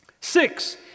Six